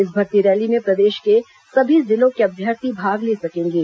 इस भर्ती रैली में प्रदेश के सभी जिलों के अभ्यर्थी भाग ले सकेंगे